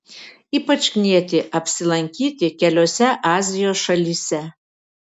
ypač knieti apsilankyti keliose azijos šalyse